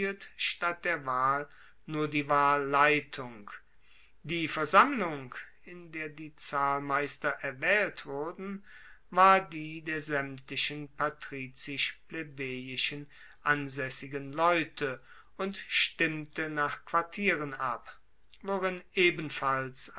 statt der wahl nur die wahlleitung die versammlung in der die zahlmeister erwaehlt wurden war die der saemtlichen patrizisch plebejischen ansaessigen leute und stimmte nach quartieren ab worin ebenfalls